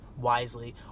wisely